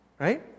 Right